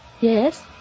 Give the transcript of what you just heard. Yes